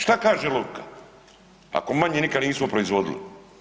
Šta kaže logika ako manje nikad nismo proizvodili?